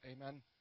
Amen